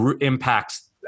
impacts